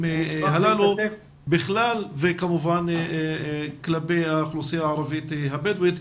הללו בכלל וכמובן כלפי האוכלוסייה הערבית-הבדואית.